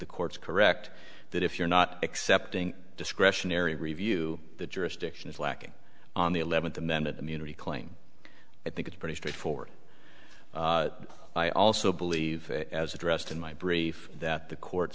the court's correct that if you're not accepting discretionary review the jurisdiction is lacking on the eleventh amended immunity claim i think it's pretty straightforward i also believe as addressed in my brief that the co